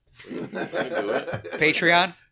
Patreon